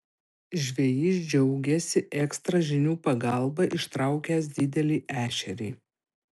žvejys džiaugėsi ekstra žinių pagalba ištraukęs didelį ešerį